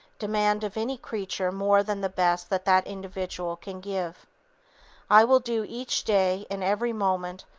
demand of any creature more than the best that that individual can give i will do each day, in every moment,